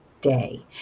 day